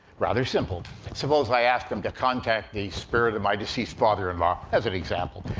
rather simple suppose i ask them to contact the spirit of my deceased father-in-law, as an example.